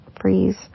freeze